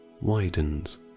widens